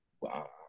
wow